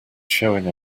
showing